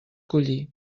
collir